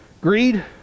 Greed